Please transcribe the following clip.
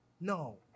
No